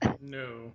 No